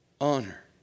Honor